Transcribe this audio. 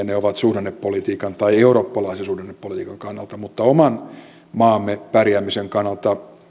ne ovat suhdannepolitiikan tai eurooppalaisen suhdannepolitiikan kannalta mutta oman maamme pärjäämisen kannalta